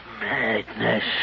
Madness